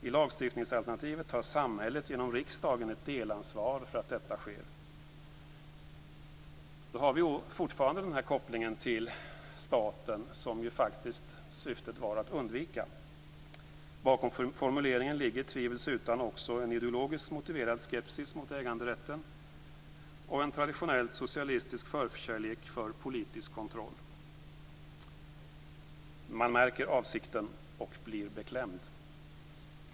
I lagstiftningsalternativet tar samhället genom riksdagen ett delansvar för att detta sker." Då har vi fortfarande kopplingen till staten, som syftet var att undvika. Bakom formuleringen ligger tvivelsutan också en ideologiskt motiverad skepsis mot äganderätten och en traditionellt socialistisk förkärlek för politisk kontroll. Man märker avsikten - och blir beklämd.